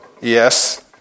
Yes